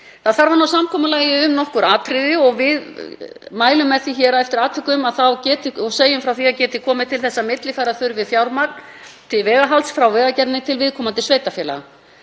Það þarf að ná samkomulagi um nokkur atriði og við mælum með því hér eftir atvikum og segjum frá því að til þess geti komið að millifæra þurfi fjármagn til veghalds frá Vegagerðinni til viðkomandi sveitarfélaga.